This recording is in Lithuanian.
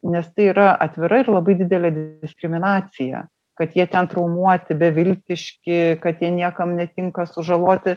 nes tai yra atvira ir labai didelė diskriminacija kad jie ten traumuoti beviltiški kad jie niekam netinka sužaloti